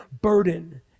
burden